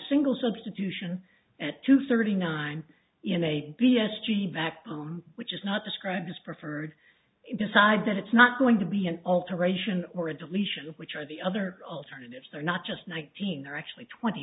single substitution at two thirty nine in a p s g backbone which is not described as preferred decide that it's not going to be an alteration or a deletion of which are the other alternatives are not just nineteen they're actually twenty